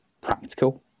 practical